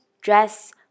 dress